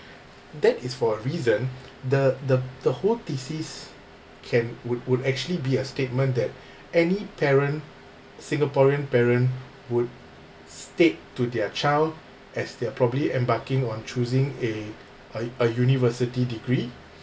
that is for a reason the the the whole thesis can would would actually be a statement that any parent singaporean parent would state to their child as they're probably embarking on choosing a a a university degree